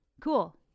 cool